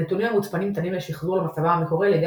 הנתונים המוצפנים ניתנים לשחזור למצבם המקורי על ידי